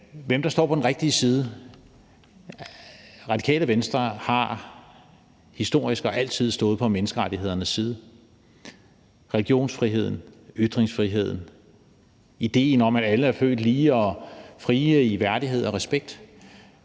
hvem der står på den rigtige side, vil jeg sige, at Radikale Venstre historisk og altid har stået på menneskerettighedernes side – religionsfriheden, ytringsfriheden, idéen om, at alle er født lige og frie i værdighed og respekt.